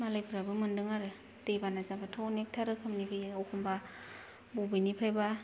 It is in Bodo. मालायफ्राबो मोन्दों आरो दै बाना जाबाथ' अनेकथा रोखोमनि फैयो अखम्बा बबेनिफ्रायबा